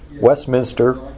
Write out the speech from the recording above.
Westminster